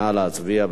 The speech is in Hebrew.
נא להצביע.